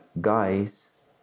guys